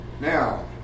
Now